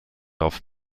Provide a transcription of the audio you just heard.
off